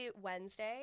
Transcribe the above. Wednesday